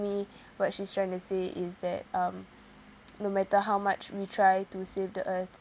me what she's trying to say is that um no matter how much we try to save the earth